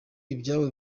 ibyabo